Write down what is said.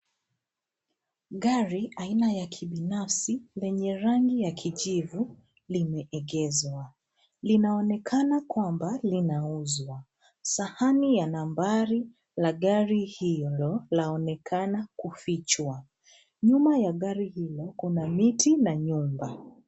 Gari aina ya kibinafsi lenye rangi ya kijivu limeegeshwa. Linaonekana kwamba linauza. Sahani ya nambari la gari hilo laonekana kufichwa. Nyuma ya gari hilo kuna miti na nyumba.